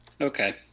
Okay